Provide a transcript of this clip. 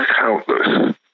countless